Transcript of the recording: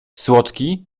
słodki